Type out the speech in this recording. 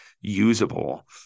usable